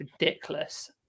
ridiculous